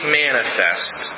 manifest